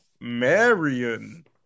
Marion